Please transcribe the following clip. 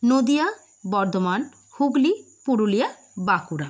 Nadia Bardhaman Hooghly Purulia Bankura